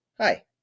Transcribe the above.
hi